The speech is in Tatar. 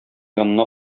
янына